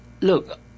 Look